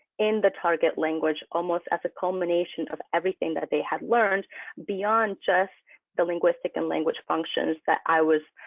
in the target language, almost as a combination of everything that they had learned beyond just the linguistic and language functions that i was